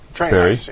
Barry